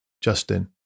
Justin